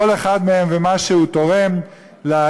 כל אחד מהם ומה שהוא תורם להתבוללות.